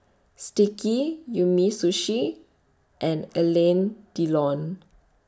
Sticky Umisushi and Alain Delon